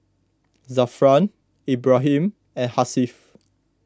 Zafran Ibrahim and Hasif